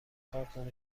کارتن